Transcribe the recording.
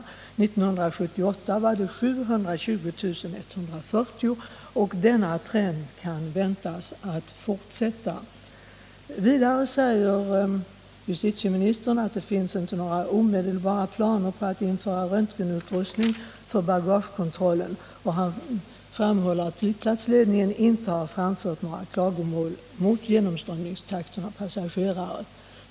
1978 var det 720 140. Denna trend kan väntas fortsätta. Enligt svaret föreligger inte några omedelbara planer på att införa röntgenutrustning för bagagekontrollen på Sturup. Justitieministern framhåller att flygplatsledningen där inte har framfört några klagomål mot genomströmningstakten av passagerare.